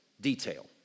detail